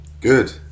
Good